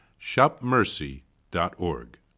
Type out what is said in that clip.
shopmercy.org